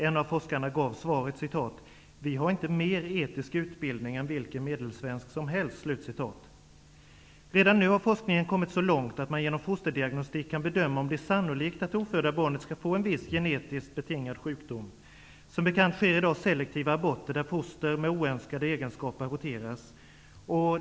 En av forskarna gav svaret: ''Vi har inte mer etisk utbildning än vilken medelsvensk som helst.'' Redan nu har forskningen kommit så långt att man genom fosterdiagnostik kan bedöma om det är sannolikt att det ofödda barnet skall få en viss genetiskt betingad sjukdom. Som bekant sker i dag selektiva aborter där foster med oönskade egenskaper aborteras.